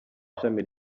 ishami